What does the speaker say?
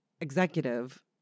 executive